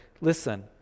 listen